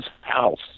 house